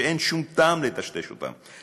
שאין שום טעם לטשטש אותם.